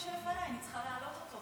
יש אלימות.